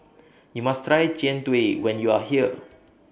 YOU must Try Jian Dui when YOU Are here